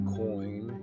coin